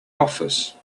office